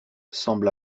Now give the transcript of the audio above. semble